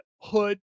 Hood